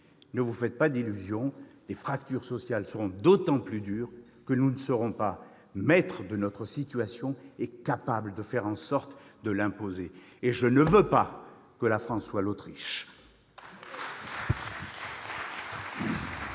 Ne vous faites pas d'illusions ! Les fractures sociales seront d'autant plus nettes que nous ne serons pas maîtres de la situation et capables de nous imposer. Et je ne veux pas que la France soit l'Autriche ! La parole est